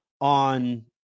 on